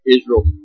Israel